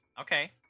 Okay